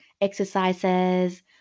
exercises